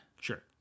Sure